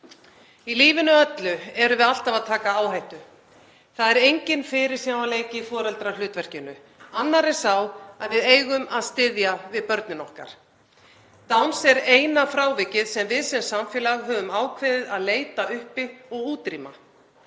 Í lífinu öllu erum við alltaf að taka áhættu. Það er enginn fyrirsjáanleiki í foreldrahlutverkinu annar en sá að við eigum að styðja við börnin okkar. Downs er eina frávikið sem við sem samfélag höfum ákveðið að leita uppi og útrýma.